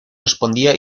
respondía